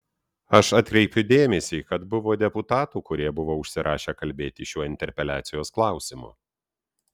aš atkreipiu dėmesį kad buvo deputatų kurie buvo užsirašę kalbėti šiuo interpeliacijos klausimu